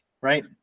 right